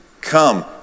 Come